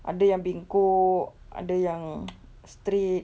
ada yang bengkok ada yang straight